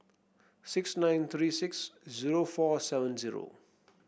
six nine three six zero four seven zero